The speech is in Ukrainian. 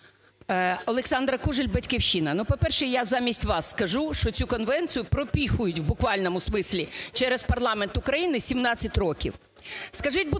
Олександра Кужель, "Батьківщина". Ну, по-перше, я замість вас скажу, що цю конвенцію пропихують в буквальному смысле через парламент України 17 років.